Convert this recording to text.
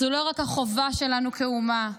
זו לא רק החובה שלנו כאומה,